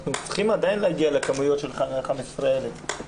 אנחנו צריכים עדיין להגיע לכמויות של 15,000 בדיקות.